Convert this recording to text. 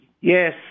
Yes